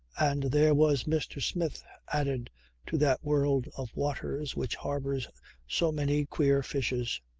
and there was mr. smith added to that world of waters which harbours so many queer fishes.